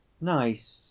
Nice